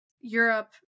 Europe